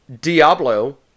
Diablo